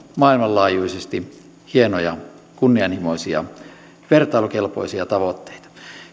maailmanlaajuisesti hienoja kunnianhimoisia ja vertailukelpoisia tavoitteita